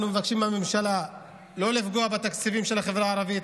אנחנו מבקשים מהממשלה לא לפגוע בתקציבים של החברה הערבית,